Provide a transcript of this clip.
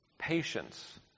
Patience